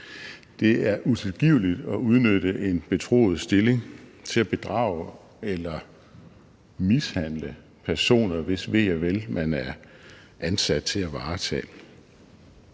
Det er utilgiveligt at udnytte en betroet stilling til at bedrage eller mishandle personer, hvis ve og vel man er ansat til at varetage.